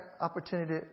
opportunity